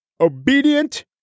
Obedient